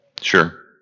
Sure